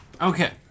Okay